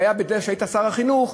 כשהיית שר החינוך: